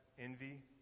envy